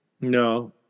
No